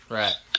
right